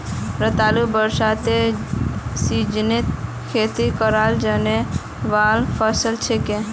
रतालू बरसातेर सीजनत खेती कराल जाने वाला फसल छिके